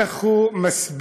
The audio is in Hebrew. איך הוא מסביר